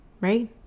right